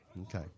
Okay